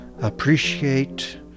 appreciate